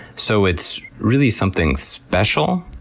so, it's really something special,